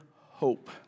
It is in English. hope